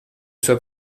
soit